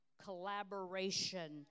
Collaboration